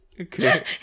Okay